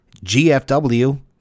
GFW